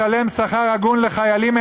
לשלם שכר הגון לחיילים.